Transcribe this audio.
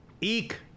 Eek